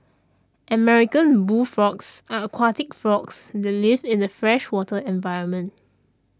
American bullfrogs are aquatic frogs that live in a freshwater environment